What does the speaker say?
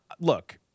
Look